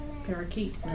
Parakeet